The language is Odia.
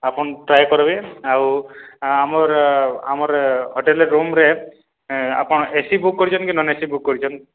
ଆପଣ୍ ଟ୍ରାଏ କର୍ବେ ଆଉ ଆମର୍ ଆମର୍ ହୋଟେଲ୍ ରୁମ୍ରେ ଆପଣ୍ ଏ ସି ବୁକ୍ କରିଚନ୍ କି ନନ୍ ଏ ସି ବୁକ୍ କରିଚନ୍